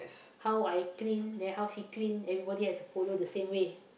how I clean then how she clean everybody have to follow the same way